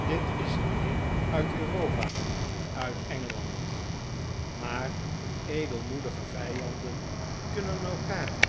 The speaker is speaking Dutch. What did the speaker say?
dit is een heer uit europa uit engeland maar edelmoedige vijanden kunnen elkaar